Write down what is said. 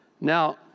Now